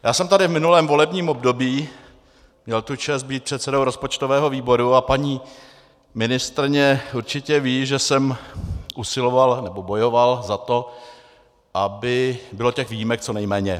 Já jsem tady v minulém volebním období měl tu čest být předsedou rozpočtového výboru a paní ministryně určitě ví, že jsem usiloval, nebo bojoval za to, aby bylo výjimek co nejméně.